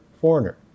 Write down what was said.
foreigner